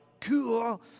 cool